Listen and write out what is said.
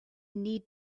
need